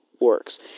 works